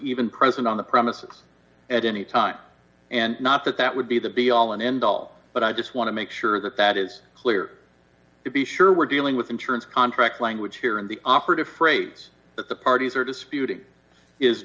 even present on the premises at any time and not that that would be the be all and end all but i just want to make sure that that is clear to be sure we're dealing with insurance contract language here and the operative phrase that the parties are disputing is